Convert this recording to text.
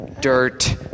dirt